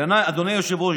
אדוני היושב-ראש,